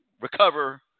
recover